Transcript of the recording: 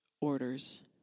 orders